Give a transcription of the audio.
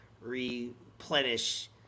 replenish